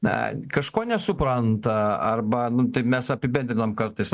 na kažko nesupranta arba nu tai mes apibendriname kartais